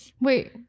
Wait